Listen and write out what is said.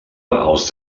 els